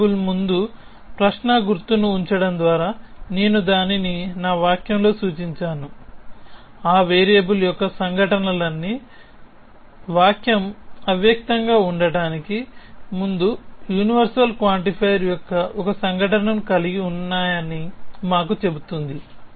variable ముందు ప్రశ్న గుర్తును ఉంచడం ద్వారా నేను దానిని నా వాక్యంలో సూచించాను ఈ వేరియబుల్ యొక్క ఈ సంఘటనలన్నీ వాక్యం అవ్యక్తంగా ఉండటానికి ముందు యూనివర్సల్ క్వాంటిఫైయర్ యొక్క ఒక సంఘటనను కలిగి ఉన్నాయని మాకు చెబుతుంది